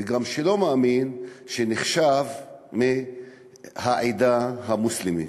וגם שלא מאמין, שנחשב מהעדה המוסלמית.